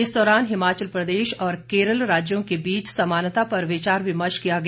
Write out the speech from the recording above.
इस दौरान हिमाचल प्रदेश और केरल राज्यों के बीच समानता पर विचार विमर्श किया गया